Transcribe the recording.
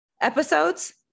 episodes